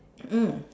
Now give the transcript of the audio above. mm